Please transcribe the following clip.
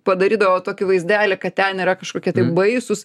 padarydavo tokį vaizdelį kad ten yra kažkokie baisūs